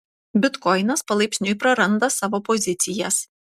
bitkoinas palaipsniui praranda savo pozicijas